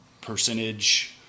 percentage